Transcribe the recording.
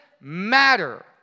matter